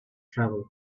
travel